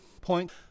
point